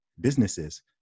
businesses